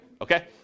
okay